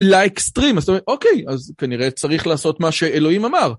לאקסטרים, אז אתה אומר "אוקיי אז כנראה צריך לעשות מה שאלוהים אמר"